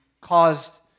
caused